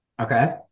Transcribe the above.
Okay